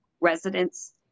resident's